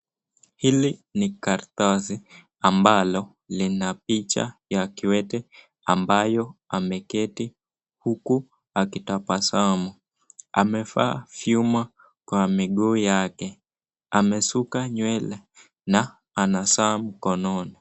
Hili ni karatasi ambalo ni picha ya kiwetee ambaye ameketi huku akitabasamu, amevaa vyumo kwa miguu yake amesuka nywele na ana saa mkononi.